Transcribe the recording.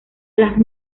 las